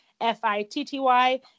F-I-T-T-Y